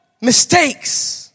mistakes